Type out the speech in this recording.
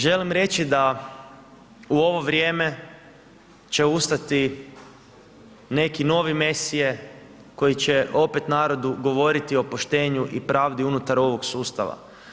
Želim reći da u ovo vrijeme će ustati neki novi Mesije koji će opet narodu govoriti o poštenju i pravdi unutar ovog sustava.